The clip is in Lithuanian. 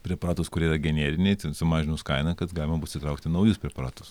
preparatus kurie yra generiniai ten sumažinus kainą kad galima bus įtraukti naujus preparatus